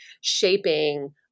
shaping